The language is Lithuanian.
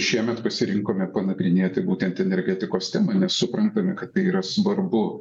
šiemet pasirinkome panagrinėti būtent energetikos temą nes suprantame kad tai yra svarbu